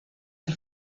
del